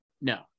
no